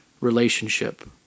relationship